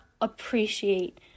appreciate